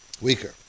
Weaker